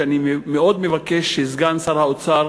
שאני מאוד מבקש שסגן שר האוצר